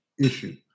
issue